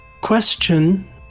question